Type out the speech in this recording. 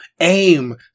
aim